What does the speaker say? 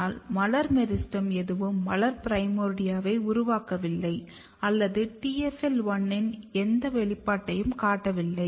ஆனால் மலர் மெரிஸ்டெம் எதுவும் மலர் பிரைமோர்டியாவை உருவாக்கவில்லை அல்லது TFL1 இன் எந்த வெளிப்பாட்டையும் காட்டவில்லை